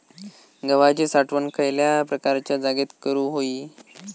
गव्हाची साठवण खयल्या प्रकारच्या जागेत करू होई?